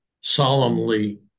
solemnly